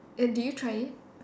and did you try it